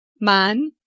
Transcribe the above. man